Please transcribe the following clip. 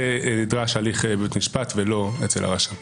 במקרה זה נדרש הליך בבית המשפט ולא אצל הרשם.